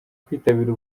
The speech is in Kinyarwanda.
kwitabira